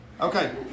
Okay